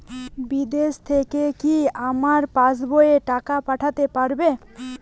বিদেশ থেকে কি আমার পাশবইয়ে টাকা পাঠাতে পারবে?